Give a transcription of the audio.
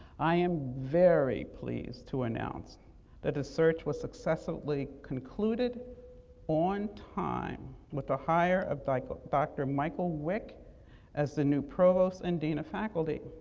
i am very pleased to announce that a search was successfully concluded on time with the hire of dr. michael wick as the new provost and dean of faculty.